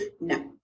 no